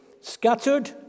Scattered